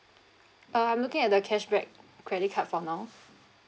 uh I'm looking at the cashback credit card for now